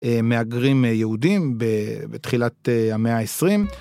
מהגרים יהודים בתחילת המאה העשרים.